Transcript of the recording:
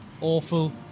Awful